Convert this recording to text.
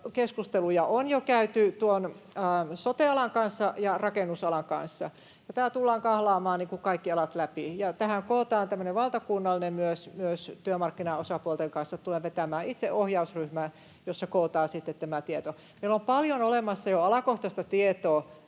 keskusteluja on jo käyty tuon sote-alan kanssa ja rakennusalan kanssa, ja kaikki alat tullaan kahlaamaan läpi. Tähän kootaan tämmöinen valtakunnallinen hanke myös työmarkkinaosapuolten kanssa. Tulen vetämään itse ohjausryhmää, jossa kootaan sitten tämä tieto. Meillä on paljon olemassa jo alakohtaista tietoa.